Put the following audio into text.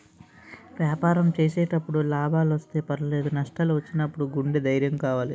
వ్యాపారం చేసేటప్పుడు లాభాలొస్తే పర్వాలేదు, నష్టాలు వచ్చినప్పుడు గుండె ధైర్యం కావాలి